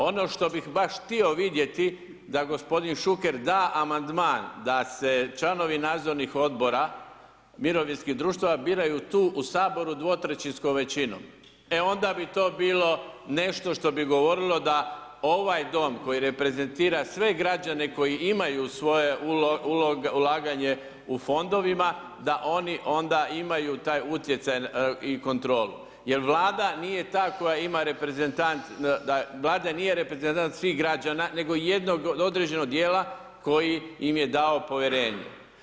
Ono što bih baš htio vidjeti da gospodin Šuker da amandman da se članovi nadzornih odbora mirovinskih društava biraju tu u saboru 2/3 većinom, e onda bi to bilo nešto što bi govorilo da ovaj dom koji reprezentira sve građane koji imaju svoje ulaganje u fondovima da oni onda imaju taj utjecaj i kontrolu, jel Vlada nije ta koja ima reprezentant, Vlada nije reprezentant svih građana nego jednog određenog dijela koji im je dao povjerenje.